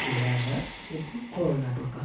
কেরালা এবং কর্ণাটক